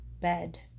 bed